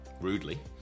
rudely